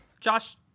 Josh